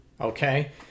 okay